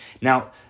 Now